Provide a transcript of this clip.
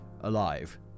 alive